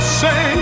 say